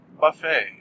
Buffet